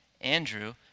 Andrew